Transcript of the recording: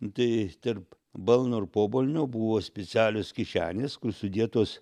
nu tai tarp balno ir pobalnio buvo specialios kišenės kur sudėtos